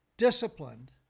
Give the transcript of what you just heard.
disciplined